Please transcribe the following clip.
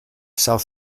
south